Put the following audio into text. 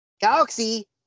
Galaxy